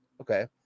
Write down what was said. okay